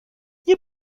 nie